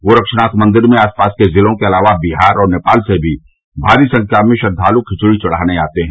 गोरक्षनाथ मंदिर में आसपास के जिलों के अलावा बिहार और नेपाल से भी भारी संख्या में श्रद्वालु खिचड़ी चढ़ाने आते हैं